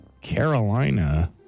Carolina